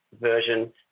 version